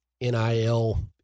NIL